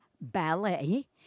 Ballet